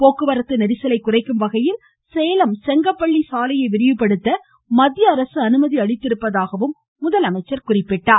போக்குவரத்து நெரிசலை குறைக்கும் வகையில் சேலம் செங்கபள்ளி சாலையை விரிவுபடுத்த மத்திய அரசு அனுமதி அளித்திருப்பதாகவும் முதலமைச்சர் குறிப்பிட்டார்